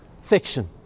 fiction